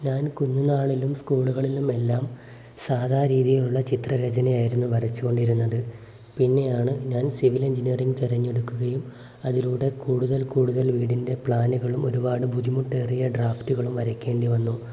ഞാൻ കുഞ്ഞുന്നാളിലും സ്കൂളുകളിലും എല്ലാം സാധാ രീതിയിലുള്ള ചിത്ര രചനയായിരുന്നു വരച്ചുകൊണ്ടിരുന്നത് പിന്നെയാണ് ഞാൻ സിവിൽ എഞ്ചിനീയറിംഗ് തിരഞ്ഞെടുക്കുയും അതിലൂടെ കൂടുതൽ കൂടുതൽ വീടിൻ്റെ പ്ലാനുകളും ഒരുപാട് ബുദ്ധിമുട്ടേറിയ ഡ്രാഫ്റ്റുകളും വരയ്ക്കേണ്ടി വന്നു